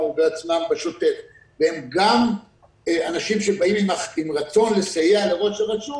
ובעצמם והם גם אנשים שבאים עם רצון לסייע לראש הרשות